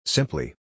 Simply